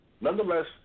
Nonetheless